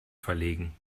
verlegen